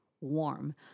warm